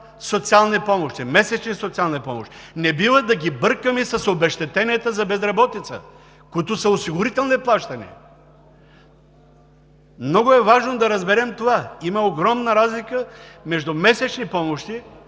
които получават месечни социални помощи. Не бива да ги бъркаме с обезщетенията за безработица, които са осигурителни плащания! Много е важно да разберем това – има огромна разлика между месечни помощи